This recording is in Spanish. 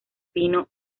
pino